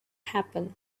happen